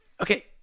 okay